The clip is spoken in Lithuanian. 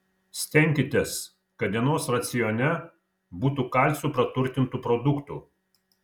stenkitės kad dienos racione būtų kalciu praturtintų produktų